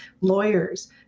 lawyers